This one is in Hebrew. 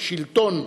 שלטון,